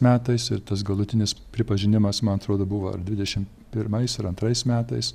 metais ir tas galutinis pripažinimas man atrodo buvo ar dvidešim pirmais ar antrais metais